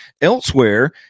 Elsewhere